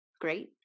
great